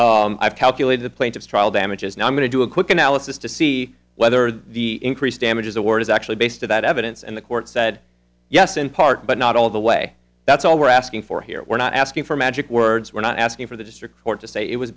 i've calculated the plaintiff's trial damages and i'm going to do a quick analysis to see whether the increased damages award is actually based of that evidence and the court said yes in part but not all the way that's all we're asking for here we're not asking for magic words we're not asking for the district court to say it was